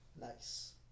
nice